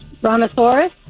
Brontosaurus